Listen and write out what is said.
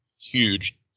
huge